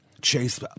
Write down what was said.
chase